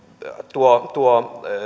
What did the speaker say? tuo tuo